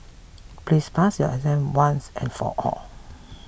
please pass your exam once and for all